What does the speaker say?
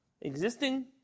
Existing